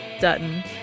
Dutton